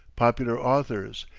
popular authors,